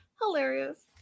Hilarious